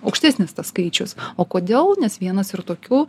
aukštesnis tas skaičius o kodėl nes vienas ir tokių